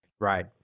Right